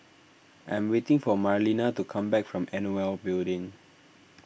I am waiting for Marlena to come back from Nol Building